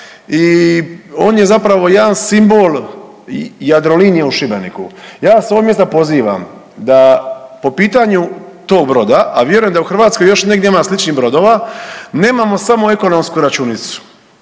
i on je zapravo jedan simbol Jadrolinije u Šibeniku. Ja vas s ovog mjesta pozivam da po pitanju tog broda, a vjerujem da u Hrvatskoj još negdje ima sličnih brodova nemamo samo ekonomsku računicu,